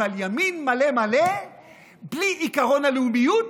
אבל ימין מלא מלא בלי עקרון הלאומיות